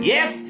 Yes